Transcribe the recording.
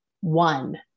one